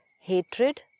hatred